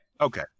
Okay